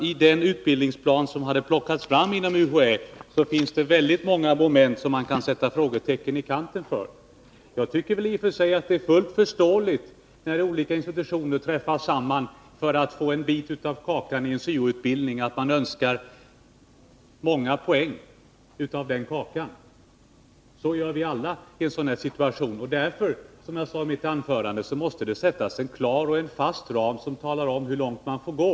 I den utbildningsplan som UHÄ tagit fram fanns många moment som man kan sätta frågetecken i kanten för. När olika institutioner träffar samman för att få en bit av kakan i en syo-utbildning är det fullt förståeligt att man önskar en stor bit av kakan. Så gör vi alla i en sådan situation. Därför, som jag sade i mitt anförande, måste det sättas en klar och fast ram som talar om hur långt man får gå.